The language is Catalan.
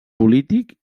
polític